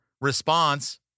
response